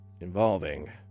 involving